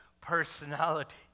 personality